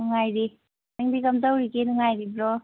ꯅꯨꯡꯉꯥꯏꯔꯤ ꯅꯪꯗꯤ ꯀꯝꯗꯧꯔꯤꯒꯦ ꯅꯨꯡꯉꯥꯏꯔꯤꯕ꯭ꯔꯣ